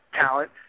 talent